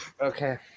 Okay